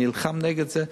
אני נלחם נגד זה,